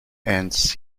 and